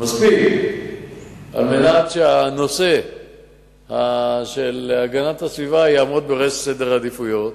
מספיק על מנת שהנושא של הגנת הסביבה יעמוד בראש סדר העדיפויות.